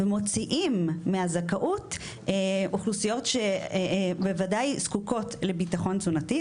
ומוציאים מהזכאות אוכלוסיות שבוודאי זקוקות לביטחון תזונתי.